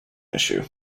issue